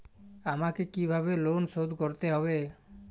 আমাকে কিভাবে লোন শোধ করতে হবে?